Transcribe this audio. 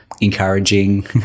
encouraging